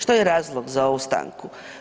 Što je razlog za ovu stanku?